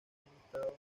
listados